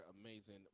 amazing